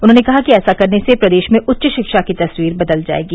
उन्होंने कहा कि ऐसा करने से प्रदेश में उच्च शिक्षा की तस्वीर बदल जायेगी